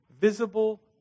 visible